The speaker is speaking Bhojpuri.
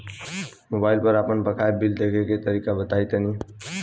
मोबाइल पर आपन बाकाया बिल देखे के तरीका बताईं तनि?